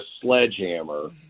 sledgehammer